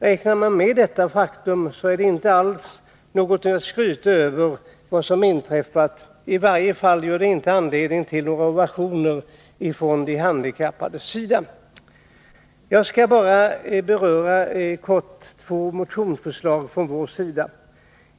Räknar man med detta faktum, är vad som har inträffat inte alls någonting att skryta över. I varje fall ger det inte anledning till några ovationer från de handikappade. Jag skall bara helt kort beröra två motionsförslag från vår sida.